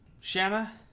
Shanna